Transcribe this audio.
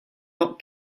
not